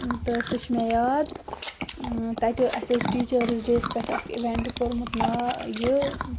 تہٕ سُہ چھُ مےٚ یاد تَتہِ اَسہِ اوس ٹیٖچٲرٕز ڈے یَس پٮ۪ٹھ اَکھ اِوینٛٹ کوٚرمُت ناو یہِ